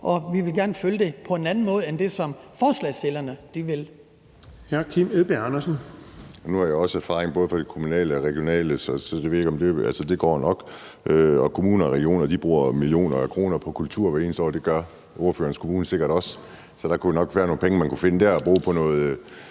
Kim Edberg Andersen. Kl. 13:41 Kim Edberg Andersen (NB): Nu har jeg også erfaring fra både det kommunale og regionale, så det går nok. Kommunerne og regionerne bruger millioner af kroner på kultur hvert eneste år, og det gør ordførerens kommune sikkert også. Der kunne nok være nogle penge, man kunne finde dér og bruge på noget